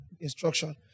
instruction